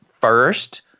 first